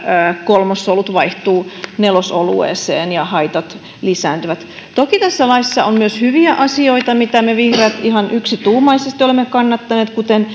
kolmosolut vaihtuu nelosolueeseen ja haitat lisääntyvät toki tässä laissa on myös hyviä asioita joita me vihreät ihan yksituumaisesti olemme kannattaneet kuten